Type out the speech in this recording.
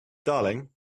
darling